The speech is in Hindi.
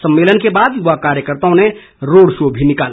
सम्मेलन के बाद युवा कार्यकर्ताओं ने रोड शो भी निकाला